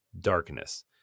darkness